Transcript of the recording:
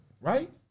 Right